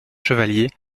chevalier